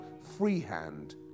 freehand